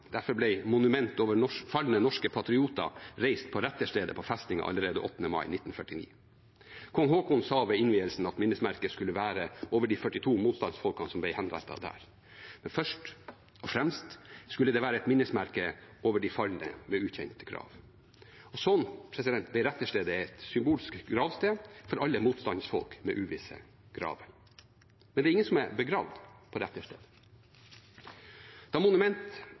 Derfor ble monumentet over falne norske patrioter reist på retterstedet på festningen allerede 8. mai 1949. Kong Haakon sa ved innvielsen at minnesmerket skulle være over de 42 motstandsfolkene som ble henrettet der. Men først og fremst skulle det være et minnesmerke over de falne med ukjent grav. Sånn ble retterstedet et symbolsk gravsted for alle motstandsfolk med uvisse graver. Men det er ingen som er begravet på